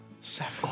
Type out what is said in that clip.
Seven